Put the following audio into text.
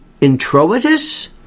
introitus